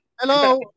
Hello